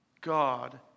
God